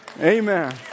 Amen